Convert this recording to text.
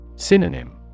Synonym